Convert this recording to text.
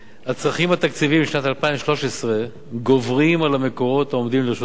הצרכים התקציביים לשנת 2013 גוברים על המקורות העומדים לרשות הממשלה,